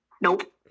Nope